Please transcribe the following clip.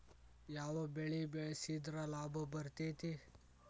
ಯಾವ ಬೆಳಿ ಬೆಳ್ಸಿದ್ರ ಲಾಭ ಬರತೇತಿ?